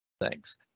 thanks